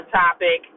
topic